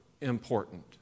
important